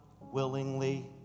willingly